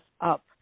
up